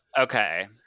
okay